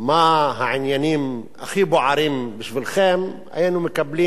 מה העניינים הכי בוערים בשבילכם, היינו מקבלים,